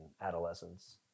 adolescence